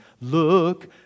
look